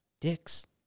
dicks